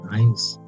Nice